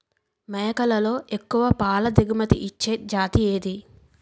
మేకలలో ఎక్కువ పాల దిగుమతి ఇచ్చే జతి ఏది?